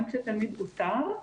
גם כשתלמיד אותר,